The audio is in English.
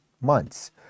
months